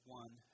one